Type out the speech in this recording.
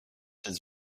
his